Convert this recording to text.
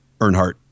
Earnhardt